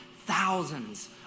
thousands